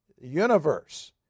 universe